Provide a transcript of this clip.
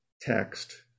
text